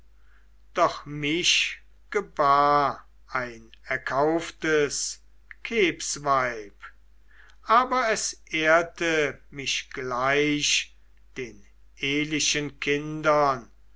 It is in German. doch mich gebar ein erkauftes kebsweib aber es ehrte mich gleich den ehlichen kindern